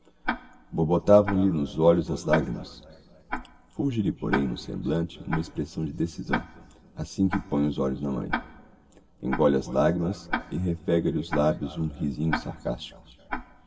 afflicção borbotavam lhe nos olhos as lagrimas fulge lhe porém no semblante uma expressão de decisão assim que põe os olhos na mãe engole as lagrimas e refega lhe os labios um risinho sarcastico